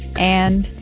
and.